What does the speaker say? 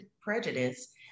prejudice